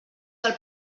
del